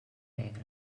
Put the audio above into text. negre